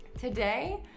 today